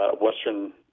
Western